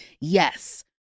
Yes